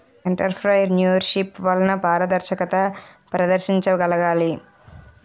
entrepreneurship వలన పారదర్శకత ప్రదర్శించగలగాలి